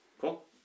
Cool